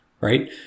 Right